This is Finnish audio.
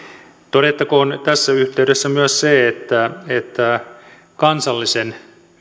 todettakoon tässä yhteydessä myös se että kansallisen